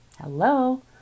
hello